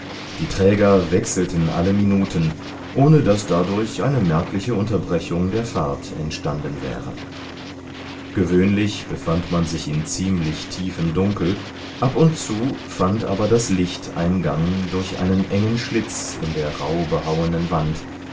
die träger wechselten alle minuten ohne daß dadurch eine merkliche unterbrechung der fahrt entstanden wäre gewöhnlich befand man sich in ziemlich tiefem dunkel ab und zu fand aber das licht eingang durch einen engen schlitz in der rauh behauenen wand